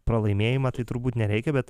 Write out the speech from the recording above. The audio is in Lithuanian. pralaimėjimą tai turbūt nereikia bet